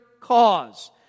cause